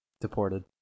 deported